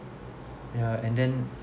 yeah and then